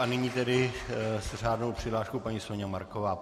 A nyní tedy s řádnou přihláškou paní Soňa Marková.